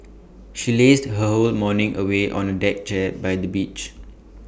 she lazed her whole morning away on A deck chair by the beach